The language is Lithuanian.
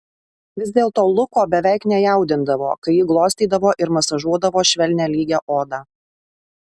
vis dėlto luko beveik nejaudindavo kai ji glostydavo ir masažuodavo švelnią lygią odą